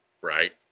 right